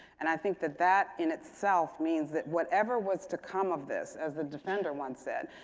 and i think that that in itself means that whatever was to come of this, as the defender once said,